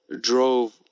drove